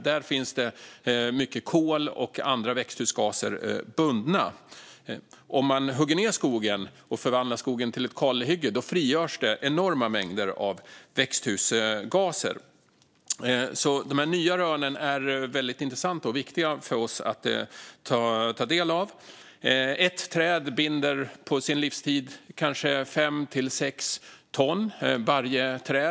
Där finns det mycket kol och andra växthusgaser bundna. Om man hugger ned skogen och förvandlar skogen till ett kalhygge frigörs det enorma mängder av växthusgaser. De nya rönen är väldigt intressanta och viktiga för oss att ta del av. Varje träd binder under sin livstid kanske fem sex ton.